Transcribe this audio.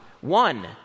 One